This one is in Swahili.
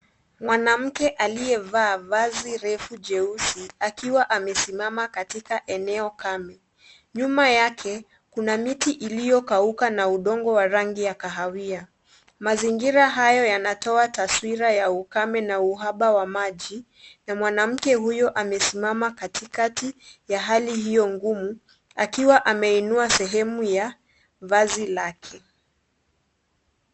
Mwanamke aliyevaa vazi refu jeusi akiwa amesimama katika eneo kame, nyuma yake kuna miti iliokakuka na udongo wa rangi ya kahawia, mazingira hayo yanatoa taswira ya ukame na uhaba wa maji na mwanamke huyo amesimama katikati ya hali hiyo ngumu akiwa ameinua sehemu ya vazi lake.